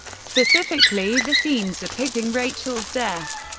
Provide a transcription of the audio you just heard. specifically the scenes depicting rachel's death.